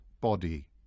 body